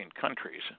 countries